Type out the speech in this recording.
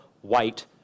white